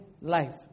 life